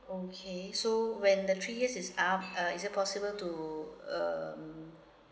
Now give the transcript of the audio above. okay so when the three years is up uh is it possible to um